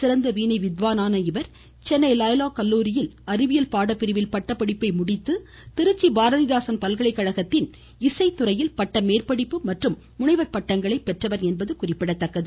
சிறந்த வீணை வித்வானான இவர் சென்னை லயோலா கல்லுாரியில் அறிவியல் பாடப்பிரிவில் பட்டப்படிப்பை முடித்து திருச்சி பாரதிதாசன் பல்கலைக்கழகத்தில் இசைத்துறையில் பட்டமேற்படிப்பு மற்றும் முனைவர் பட்டங்களை பெற்றவர் என்பது குறிப்பிடத்தக்கது